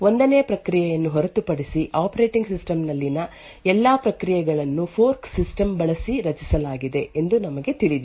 1 ನೇ ಪ್ರಕ್ರಿಯೆಯನ್ನು ಹೊರತುಪಡಿಸಿ ಆಪರೇಟಿಂಗ್ ಸಿಸ್ಟಂ ನಲ್ಲಿನ ಎಲ್ಲಾ ಪ್ರಕ್ರಿಯೆಗಳನ್ನು ಫೋರ್ಕ್ ಸಿಸ್ಟಮ್ ಬಳಸಿ ರಚಿಸಲಾಗಿದೆ ಎಂದು ನಮಗೆ ತಿಳಿದಿದೆ